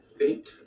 eight